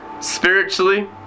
spiritually